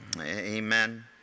Amen